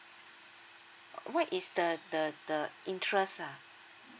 what is the the the interest ah